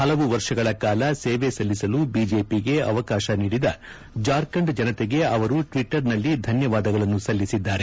ಹಲವು ವರ್ಷಗಳ ಕಾಲ ಸೇವೆ ಸಲ್ಲಿಸಲು ಬಿಜೆಪಿಗೆ ಅವಕಾಶ ನೀಡಿದ ಜಾರ್ಖಂಡ್ ಜನತೆಗೆ ಅವರು ಟ್ವಿಟ್ಸರ್ನಲ್ಲಿ ಧನ್ಯವಾದಗಳನ್ನು ಸಲ್ಲಿಸಿದ್ದಾರೆ